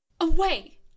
Away